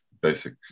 basic